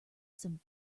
some